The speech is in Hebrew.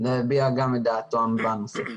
להביע את דעתו בנושא הזה.